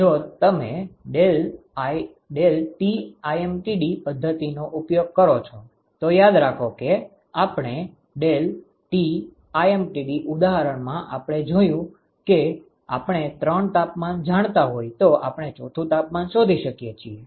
હવે જો તમે ∆Tlmtd પદ્ધતિનો ઉપયોગ કરો છો તો યાદ રાખો કે આપણે ∆Tlmtd ઉદાહરણમાં આપણે જોયું કે જો આપણે 3 તાપમાન જાણતા હોઈ તો આપણે 4થુ તાપમાન શોધી શકીએ છીએ